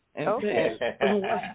Okay